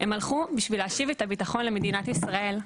הם הלכו בשביל להשיב את הביטחון למדינת ישראל,